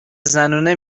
زنونه